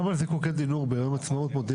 מודיעים לך גם על זיקוקי דינור ביום העצמאות.